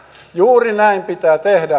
juuri näin pitää tehdä